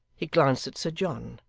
he glanced at sir john,